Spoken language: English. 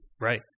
Right